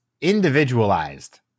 individualized